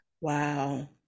Wow